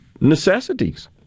necessities